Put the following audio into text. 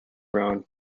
round